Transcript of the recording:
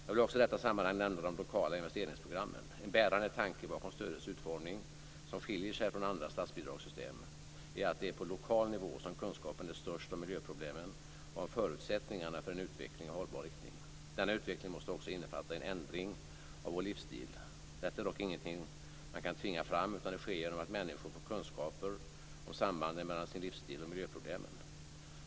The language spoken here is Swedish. Jag vill också i detta sammanhang nämna de lokala investeringsprogrammen. En bärande tanke bakom stödets utformning - som skiljer sig från andra statsbidragssystem - är att det är på lokal nivå som kunskapen är störst om miljöproblemen och om förutsättningarna för en utveckling i hållbar riktning. Denna utveckling måste också innefatta en ändring av vår livsstil. Detta är dock ingenting man kan tvinga fram, utan det sker genom att människor får kunskaper om sambanden mellan sin livsstil och miljöproblemen.